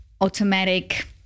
automatic